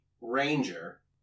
ranger